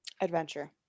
adventure